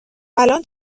الان